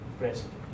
president